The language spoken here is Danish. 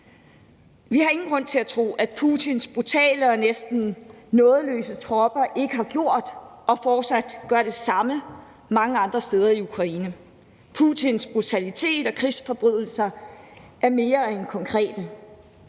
Vi har ingen grund til at tro, at Putins brutale og næsten nådesløse tropper ikke har gjort og ikke fortsat gør det samme mange andre steder i Ukraine. Putins brutalitet og krigsforbrydelser er mere end konkrete.